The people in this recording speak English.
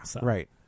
right